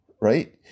right